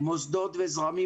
מוסדות וזרמים,